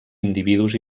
individus